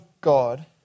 God